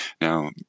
Now